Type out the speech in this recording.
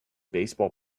baseball